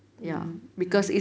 mm mm